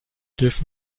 dürfen